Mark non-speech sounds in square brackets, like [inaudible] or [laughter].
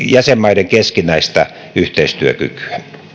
[unintelligible] jäsenmaiden keskinäistä yhteistyökykyä